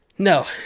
No